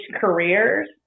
careers